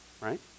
right